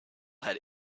had